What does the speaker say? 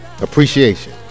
Appreciation